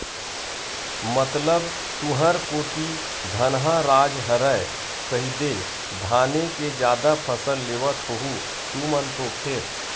मतलब तुंहर कोती धनहा राज हरय कहिदे धाने के जादा फसल लेवत होहू तुमन तो फेर?